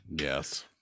yes